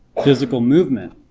physical movement,